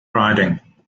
riding